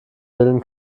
willen